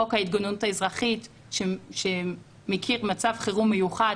חוק ההתגוננות האזרחית שמכיר מצב חירום מיוחד,